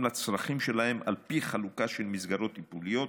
לצרכים שלהם על פי חלוקה למסגרות טיפוליות,